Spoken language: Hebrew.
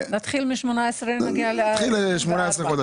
נתחיל מ-18 ונגיע ל-24.